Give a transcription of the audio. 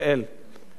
הבתים הללו,